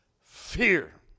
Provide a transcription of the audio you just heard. fear